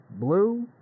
blue